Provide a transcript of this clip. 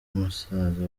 musaza